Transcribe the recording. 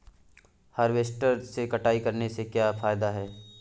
Harvester से कटाई करने से क्या फायदा है?